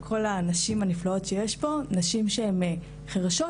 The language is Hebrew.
נשים שהן חרשות,